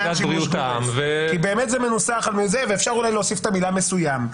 ואפשר אולי להוסיף את המילה "מסוים",